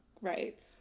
right